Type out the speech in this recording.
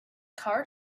car